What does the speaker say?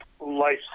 life